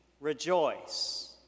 rejoice